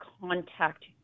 contact